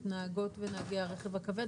את נהגות ונהגי הרכב הכבד,